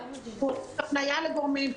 -- -הפנייה לגורמים.